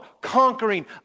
conquering